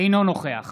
נוכח